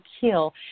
kill